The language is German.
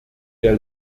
der